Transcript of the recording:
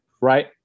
right